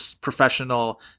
professional